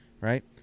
right